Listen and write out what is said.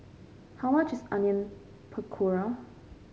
how much is Onion Pakora